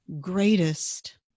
greatest